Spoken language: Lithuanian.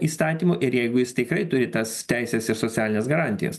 įstatymu ir jeigu jis tikrai turi tas teises ir socialines garantijas